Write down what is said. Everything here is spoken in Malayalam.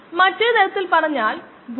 അത് 50ഡിഗ്രി സി ഇൽ